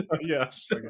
yes